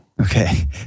Okay